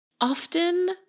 often